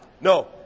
No